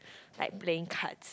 like playing cards